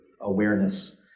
awareness